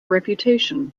reputation